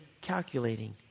calculating